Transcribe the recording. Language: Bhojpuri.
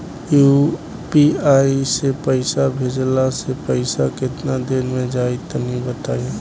यू.पी.आई से पईसा भेजलाऽ से पईसा केतना देर मे जाई तनि बताई?